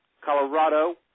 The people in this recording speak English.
Colorado